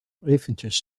eventjes